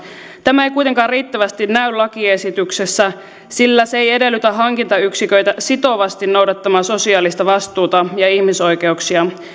tämä ei kuitenkaan riittävästi näy lakiesityksessä sillä se ei edellytä hankintayksiköitä sitovasti noudattamaan sosiaalista vastuuta ja ihmisoikeuksia